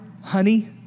honey